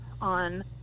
on